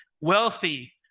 wealthy